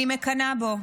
אני מקנאה בו,